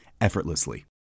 effortlessly